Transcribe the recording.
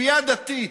כפייה דתית.